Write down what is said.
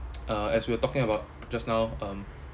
uh as we are talking about just now um